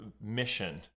mission